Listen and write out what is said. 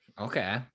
Okay